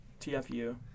TFU